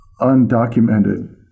undocumented